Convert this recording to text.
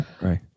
Right